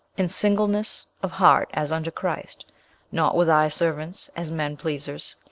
in singleness of heart as unto christ not with eye-service, as men-pleasers,